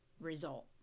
result